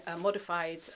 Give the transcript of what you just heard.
modified